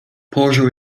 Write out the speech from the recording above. położył